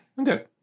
Okay